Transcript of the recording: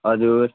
हजुर